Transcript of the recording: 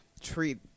treat